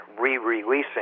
re-releasing